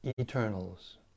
Eternals